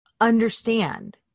Understand